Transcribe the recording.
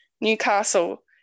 Newcastle